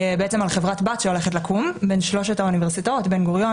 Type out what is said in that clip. על חברת-בת שהולכת לקום בין שלושת האוניברסיטאות בן-גוריון,